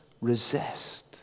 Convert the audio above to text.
resist